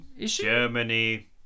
Germany